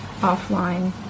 offline